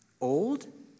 old